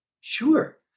Sure